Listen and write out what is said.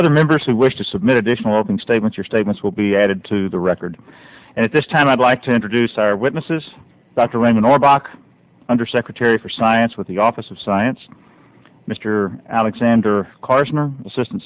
other members who wish to submit additional things statement your statements will be added to the record at this time i'd like to introduce our witnesses dr remen orbach undersecretary for science with the office of science mr alexander